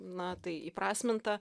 na tai įprasminta